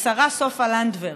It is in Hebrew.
והשרה סופה לנדבר,